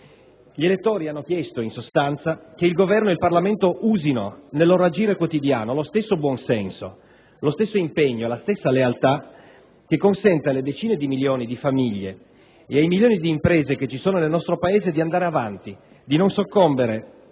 Gli elettori hanno chiesto, in sostanza, che il Governo e il Parlamento usino, nel loro agire quotidiano, lo stesso buonsenso, lo stesso impegno, la stessa lealtà che consente alle decine di milioni di famiglie e ai milioni di imprese che ci sono nel nostro Paese di andare avanti, di non soccombere